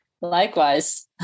Likewise